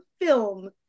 film